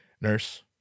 Nurse